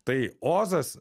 tai ozas